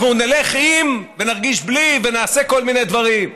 אנחנו נלך עם ונרגיש בלי ונעשה כל מיני דברים.